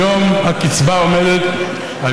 היום הקצבה עומדת על